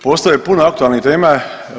Postoji puno aktualnih tema.